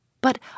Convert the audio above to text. But